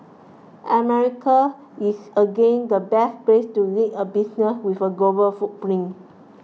America is again the best place to lead a business with a global footprint